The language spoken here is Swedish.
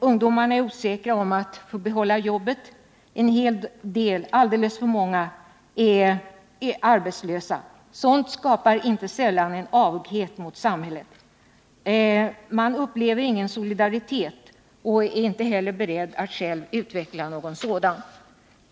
Ungdomarna är osäkra om att få behålla jobbet, och en hel del — alldeles för många — är arbetslösa. Sådant skapar inte sällan en avoghet mot samhället. Man upplever ingen solidaritet och är inte heller själv beredd att utveckla någon sådan.